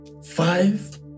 Five